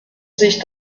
sich